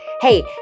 Hey